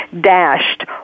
dashed